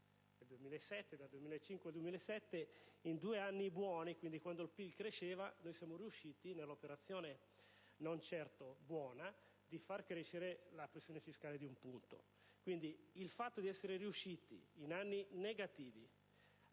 al 43,3 del 2007. Nel biennio 2005-2007, quando il PIL cresceva, siamo riusciti nell'operazione, non certo buona, di far crescere la pressione fiscale di un punto. Invece, il fatto di essere riusciti in anni negativi